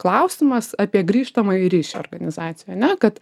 klausimas apie grįžtamąjį ryšį organizacijoj ane kad